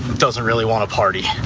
doesn't really wanna party.